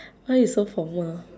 why you so formal